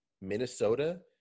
Minnesota